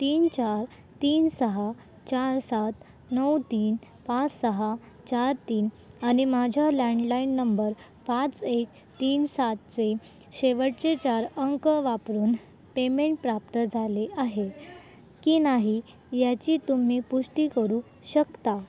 तीन चार तीन सहा चार सात नऊ तीन पाच सहा चार तीन आणि माझ्या लँडलाईण णंबर पाच एक तीन सातचे शेवटचे चार अंक वापरून पेमेंट प्राप्त झाले आहे की नाही याची तुम्ही पुष्टी करू शकता